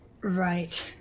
Right